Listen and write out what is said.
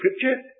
scripture